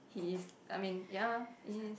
he is I mean ya he's